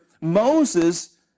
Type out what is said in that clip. Moses